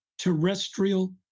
terrestrial